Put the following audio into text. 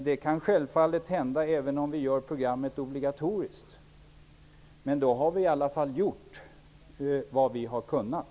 Det kan självfallet hända även om vi gör programmet obligatoriskt, men då har vi i alla fall gjort vad vi har kunnat.